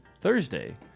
Thursday